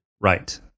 Right